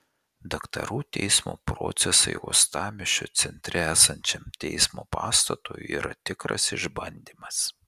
daktarų teismo procesai uostamiesčio centre esančiam teismo pastatui yra tikras išbandymas